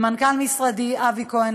למנכ"ל משרדי אבי כהן,